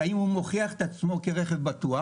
והאם הוא מוכיח את עצמו כרכב בטוח.